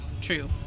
true